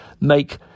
make